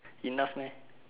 enough meh